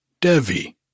Devi